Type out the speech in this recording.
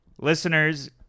listeners